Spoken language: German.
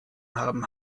haben